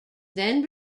then